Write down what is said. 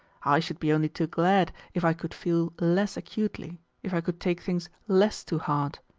i should be only too glad if i could feel less acutely, if i could take things less to heart.